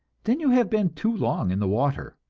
then you have been too long in the water,